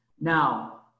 Now